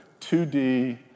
2D